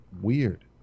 weird